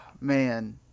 Man